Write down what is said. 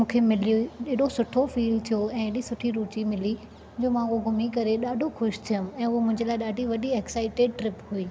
मूंखे मिली हुई ऐॾो सुठो फ़ील थियो ऐं ऐॾी सुठी रोटी मिली जो मां उहो घुमी करे ॾाढो ख़ुशि थियमि ऐं उहो मुंहिंजे लाइ ॾाढी वॾी एक्साइटेड ट्रिप हुई